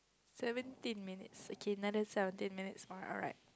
seventeen minutes okay another seventeen minutes for alright